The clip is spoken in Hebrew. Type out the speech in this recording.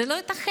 זה לא ייתכן.